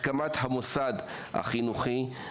הסכמת המוסד החינוכי,